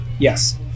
yes